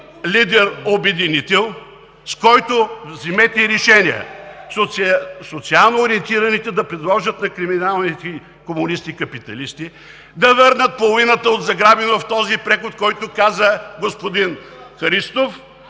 лидер обединител, с който да вземете решение – социално ориентираните да предложат на криминалните комунисти капиталисти да върнат половината от заграбеното в този преход, за който казва господин Христов,